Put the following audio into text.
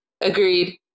Agreed